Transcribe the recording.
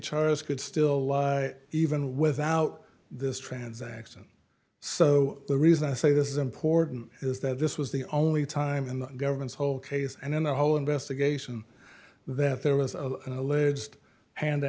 charges could still even without this transaction so the reason i say this is important is that this was the only time in the government's whole case and in the whole investigation that there was a alleged hand to